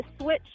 Switch